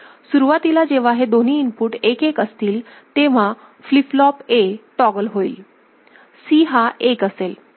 सुरुवातीला जेव्हा हे दोन्ही इनपुट 1 1 असतील तेव्हा फ्लिप फ्लॉप A टॉगल होईल C हा एक असेल